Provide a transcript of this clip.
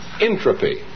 entropy